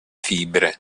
fibre